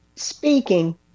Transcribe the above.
Speaking